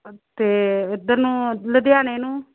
ਅਤੇ ਇੱਧਰ ਨੂੰ ਲੁਧਿਆਣੇ ਨੂੰ